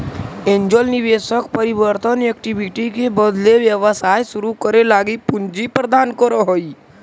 angel निवेशक परिवर्तनीय equity के बदले व्यवसाय शुरू करे लगी पूंजी प्रदान करऽ हइ